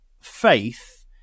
faith